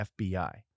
FBI